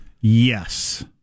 Yes